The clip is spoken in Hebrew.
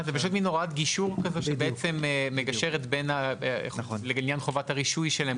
זו מעין הוראת גישור כזו שמגשרת לעניין חובת הרישוי שלהם,